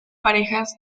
parejas